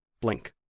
blink